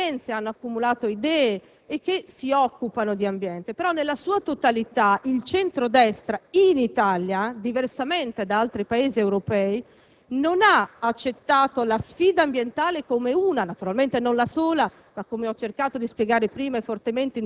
persone, come l'ex ministro dell'ambiente Matteoli, che certamente hanno accumulato esperienze e idee e che si occupano di ambiente. Nella sua totalità, però, il centro-destra in Italia - diversamente da altri Paesi europei